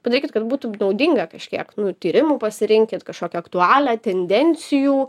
padarykit kad būtų naudinga kažkiek nu tyrimų pasirinkit kažkokią aktualią tendencijų